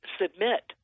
submit